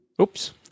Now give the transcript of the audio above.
Oops